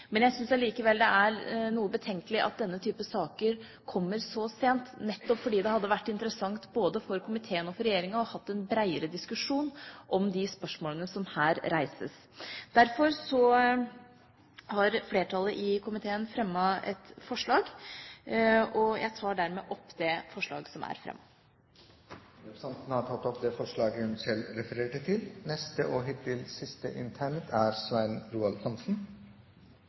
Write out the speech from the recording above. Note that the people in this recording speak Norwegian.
Men jeg syns likevel det er noe betenkelig at denne type saker kommer så sent – nettopp fordi det hadde vært interessant, både for komiteen og regjeringa, å ha en bredere diskusjon om de spørsmålene som her reises. Derfor har flertallet i komiteen fremmet et forslag til vedtak, som jeg hermed anbefaler. Bare noen kommentarer til forslaget til vedtak fra flertallet i komiteen. Det